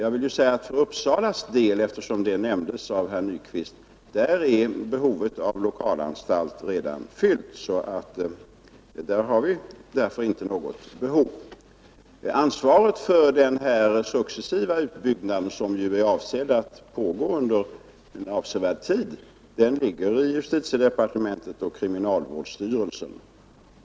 Eftersom herr Nyquist nämnde Uppsala vill jag säga att behovet av lo kalanstalt där redan är fyllt. Vi har därför inte behov av någon mer lo kalanstalt i Uppsala Ansvaret för denna successiva utbyggnad, som är avsedd att pågå under en avsevärd tid, ligger hos justitiedepartementet och kriminalvårdsstyrelsen.